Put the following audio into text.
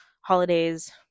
holidays